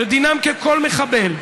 שדינם ככל מחבל,